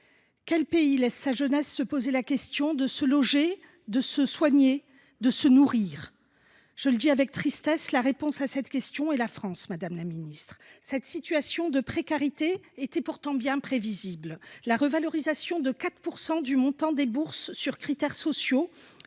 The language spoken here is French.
Quel pays laisse sa jeunesse se poser la question de se loger, de se soigner ou de se nourrir ? Je le dis avec tristesse, la réponse à cette question est la France, madame la ministre. Cette situation de précarité était pourtant bien prévisible. La revalorisation de 4 % du montant des bourses sur critères sociaux,